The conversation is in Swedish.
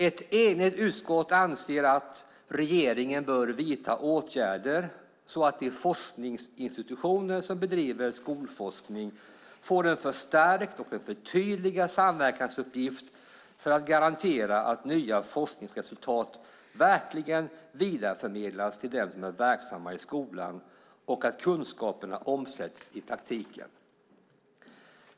Ett enigt utskott anser att "regeringen bör vidta åtgärder så att de forskningsinstitutioner som bedriver skolforskning får en förstärkt och förtydligad samverkansuppgift för att garantera att nya forskningsresultat verkligen vidareförmedlas till dem som är verksamma i skolan och att kunskaperna omsätts i praktiken".